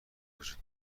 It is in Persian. وجود